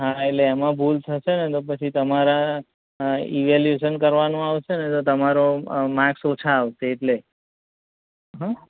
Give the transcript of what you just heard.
હા એટલે એમાં ભૂલ થશે ને તો પછી તમારા ઇવેલૂશન કરવાનું આવશે ને તો તમારું માક્સ ઓછા આવશે એટલે હ